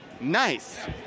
Nice